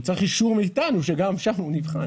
הוא צריך אישור מאתנו שגם שם הוא נבחן.